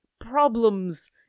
problems